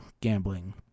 gambling